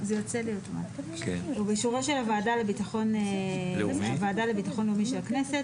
לאומי ובאישור הוועדה לביטחון לאומי של הכנסת,